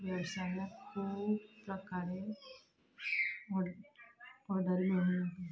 आमकां वेवसायाक खूब प्रकार ऑर्डरी मेळूं येता